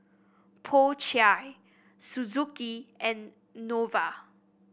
Po Chai Suzuki and Nova